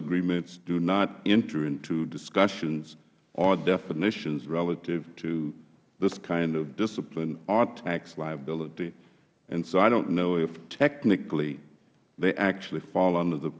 agreements do not enter into discussions or definitions relative to this kind of discipline or tax liability i dont know if technically they actually fall under the